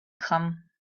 come